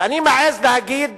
ואני מעז להגיד